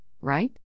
right